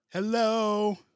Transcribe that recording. hello